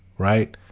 right?